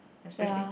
especially